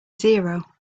zero